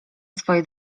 swoje